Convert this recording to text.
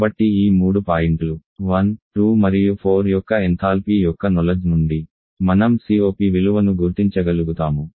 కాబట్టి ఈ మూడు పాయింట్లు 1 2 మరియు 4 యొక్క ఎంథాల్పీ యొక్క జ్ఞానం నుండి మనం COP విలువను గుర్తించగలుగుతాము